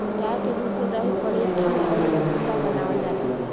गाय के दूध से दही, पनीर खीर अउरी रसगुल्ला बनावल जाला